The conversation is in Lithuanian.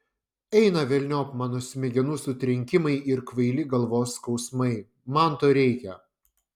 eina velniop mano smegenų sutrenkimai ir kvaili galvos skausmai man to reikia